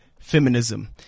feminism